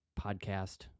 podcast